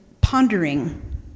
pondering